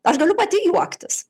aš galiu pati juoktis